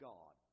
God